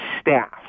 staff